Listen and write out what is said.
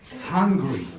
hungry